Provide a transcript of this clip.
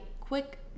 quick